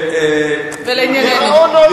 ולענייננו.